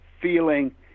feeling